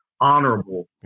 honorable